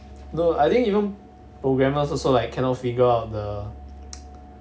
no I think even programmers also like cannot figure out the